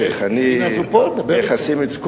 לא, אני ביחסים מצוינים אתו.